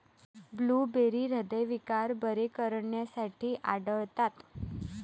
blueberry हृदयविकार बरे करण्यासाठी आढळतात